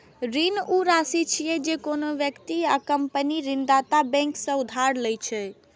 ऋण ऊ राशि छियै, जे कोनो व्यक्ति या कंपनी ऋणदाता बैंक सं उधार लए छै